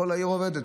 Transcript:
כל העיר עובדת,